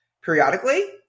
Periodically